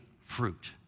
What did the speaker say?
fruit